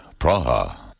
Praha